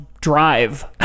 drive